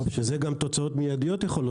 בזה יכולות להיות תוצאות מיידיות.